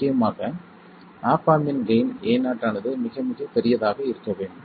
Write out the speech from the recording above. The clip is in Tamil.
முக்கியமாக ஆப் ஆம்பின் கெய்ன் Ao ஆனது மிக மிக பெரியதாக இருக்க வேண்டும்